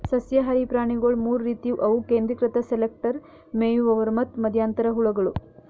ಸಸ್ಯಹಾರಿ ಪ್ರಾಣಿಗೊಳ್ ಮೂರ್ ರೀತಿವು ಅವು ಕೇಂದ್ರೀಕೃತ ಸೆಲೆಕ್ಟರ್, ಮೇಯುವವರು ಮತ್ತ್ ಮಧ್ಯಂತರ ಹುಳಗಳು